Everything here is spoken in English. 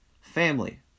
Family